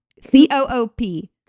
C-O-O-P